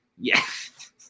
Yes